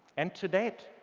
and to date,